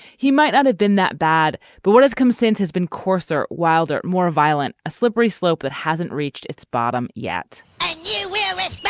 he might not have been that bad but what has come since has been coarser wilder more violent a slippery slope that hasn't reached its bottom yet we're back.